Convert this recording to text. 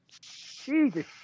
Jesus